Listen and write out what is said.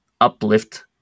uplift